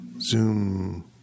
zoom